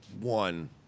one